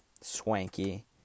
swanky